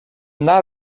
not